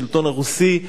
השלטון הרוסי,